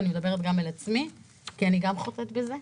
ואני מדברת גם אל עצמי כי אני גם חוטאת בזה,